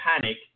panic